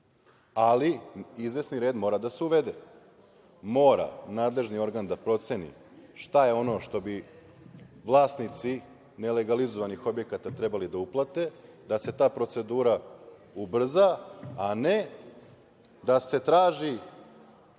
ali izvesni red mora da se uvede. Mora nadležni organ da proceni šta je ono što bi vlasnici nelegalizovanih objekata trebalo da uplate, da se ta procedura ubrza, a ne da se traži